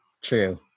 True